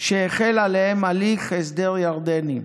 שחל עליהן הליך הסדר ירדני.